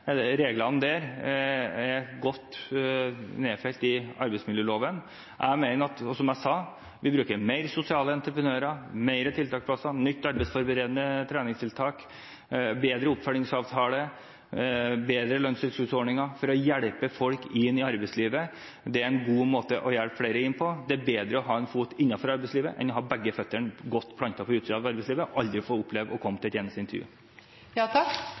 reglene for dem godt nedfelt i arbeidsmiljøloven. Som jeg sa: Vi bruker flere sosiale entreprenører, flere tiltaksplasser, nytt arbeidsforberedende treningstiltak, bedre oppfølgingsavtaler og bedre lønnstilskuddsordninger for å hjelpe folk inn i arbeidslivet. Det er en god måte å hjelpe flere inn på. Det er bedre å ha en fot innenfor arbeidslivet enn å ha begge føttene godt plantet på utsiden av arbeidslivet og aldri få oppleve å komme til et